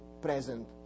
present